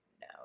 No